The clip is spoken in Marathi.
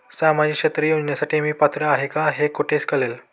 सामाजिक क्षेत्र योजनेसाठी मी पात्र आहे का हे कुठे कळेल?